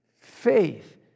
Faith